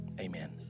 Amen